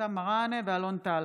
אבתיסאם מראענה ואלון טל